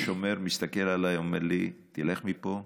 השומר מסתכל עליי ואומר לי: לך מפה.